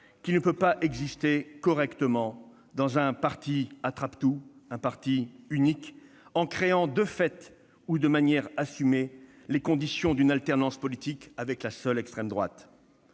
ne peut pas exister correctement dans un parti attrape-tout, dans un parti unique, ou si vous créez, de fait ou de manière assumée, les conditions d'une alternance politique avec la seule extrême droite.